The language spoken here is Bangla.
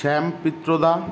শ্যাম পিত্রদা